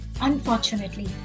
unfortunately